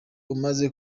umaze